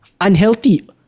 unhealthy